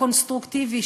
הקונסטרוקטיבי,